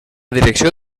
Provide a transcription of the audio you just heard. direcció